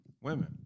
Women